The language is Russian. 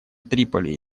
триполи